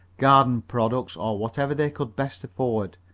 garden products, or whatever they could best afford.